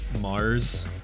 Mars